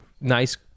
nice